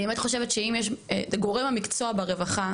גורם המקצוע ברווחה,